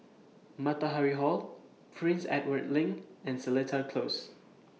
Matahari Hall Prince Edward LINK and Seletar Close